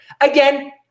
again